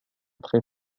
très